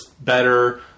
better